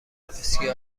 اسکی